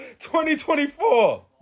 2024